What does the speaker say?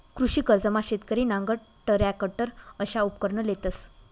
कृषी कर्जमा शेतकरी नांगर, टरॅकटर अशा उपकरणं लेतंस